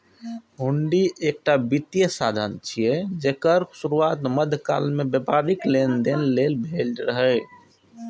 हुंडी एकटा वित्तीय साधन छियै, जेकर शुरुआत मध्यकाल मे व्यापारिक लेनदेन लेल भेल रहै